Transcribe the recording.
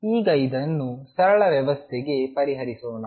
ಈಗ ಇದನ್ನು ಸರಳ ವ್ಯವಸ್ಥೆಗೆ ಪರಿಹರಿಸೋಣ